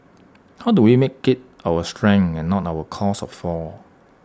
how do we make IT our strength and not our cause our fall